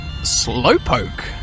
Slowpoke